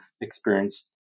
experienced